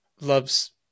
Loves